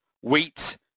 wheat